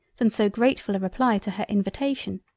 than so gratefull a reply to her invitation,